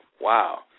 wow